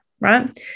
Right